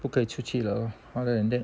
不可以出去了 lor other than that